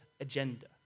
agenda